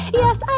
yes